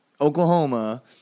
Oklahoma